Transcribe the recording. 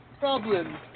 problem